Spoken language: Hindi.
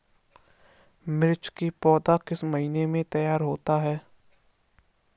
मिर्च की पौधा किस महीने में तैयार होता है?